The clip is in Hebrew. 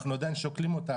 אנחנו עדיין שוקלים אותה,